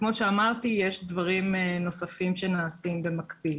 -- וכמו שאמרתי, יש דברים נוספים שנעשים במקביל.